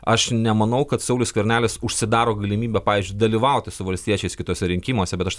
aš nemanau kad saulius skvernelis užsidaro galimybę pavyzdžiui dalyvauti su valstiečiais kituose rinkimuose bet aš